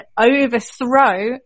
overthrow